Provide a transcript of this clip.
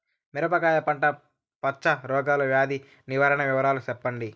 మిరపకాయ పంట మచ్చ రోగాల వ్యాధి నివారణ వివరాలు చెప్పండి?